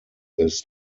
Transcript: this